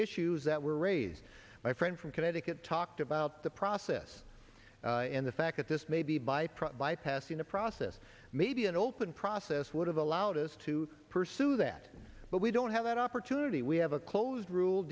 issues that were raised by friend from connecticut talked about the process and the fact that this may be by bypassing the process maybe an open process would have allowed us to pursue that but we don't have that opportunity we have a closed rule